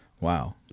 Wow